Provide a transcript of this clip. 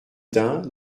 dain